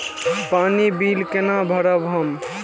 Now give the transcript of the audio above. पानी बील केना भरब हम?